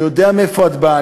אני יודע מאיפה את באה,